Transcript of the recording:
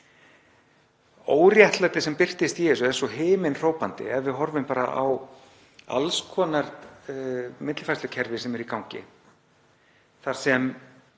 Óréttlætið sem birtist í þessu er svo himinhrópandi ef við horfum bara á alls konar millifærslukerfi sem eru í gangi þar sem